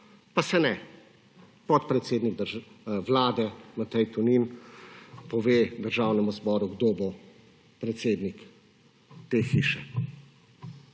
Pa se ne. Podpredsednik vlade Matej Tonin pove Državnemu zboru, kdo bo predsednik te hiše.